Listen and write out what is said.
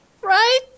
Right